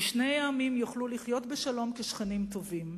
ושני העמים יוכלו לחיות בשלום כשכנים טובים.